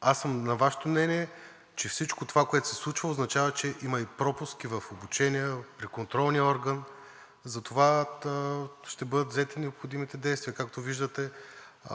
Аз съм на Вашето мнение, че всичко това, което се случва означава, че има и пропуски в обучение, и в контролния орган, затова ще бъдат взети необходимите действия. Както виждате,